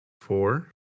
four